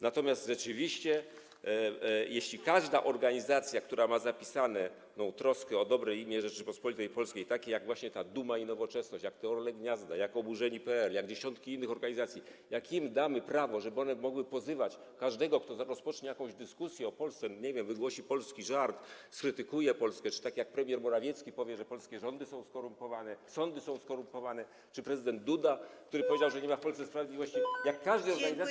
Natomiast rzeczywiście, jeśli każda organizacja, która ma zapisaną tę troskę o dobre imię Rzeczypospolitej Polskiej, taka jak właśnie ta Duma i Nowoczesność, jak to Orle Gniazdo, jak Oburzeni.pl, jak dziesiątki innych organizacji, jak im damy prawo, żeby one mogły pozywać każdego, kto rozpocznie jakąś dyskusję o Polsce, nie wiem, wygłosi polski żart, skrytykuje Polskę czy tak jak premier Morawiecki powie, że polskie rządy są skorumpowane, sądy są skorumpowane, czy prezydent Duda, który powiedział, że nie ma w Polsce sprawiedliwości, jak każdej organizacji.